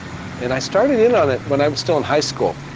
and i started in on it when i was still in high school.